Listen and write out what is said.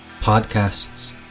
podcasts